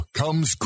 comes